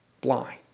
blind